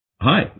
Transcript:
Hi